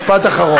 משפט אחרון.